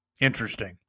interesting